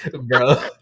bro